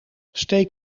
steek